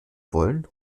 wollen